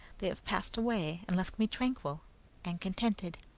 they have passed away, and left me tranquil and contented.